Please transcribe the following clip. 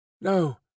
No